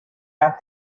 not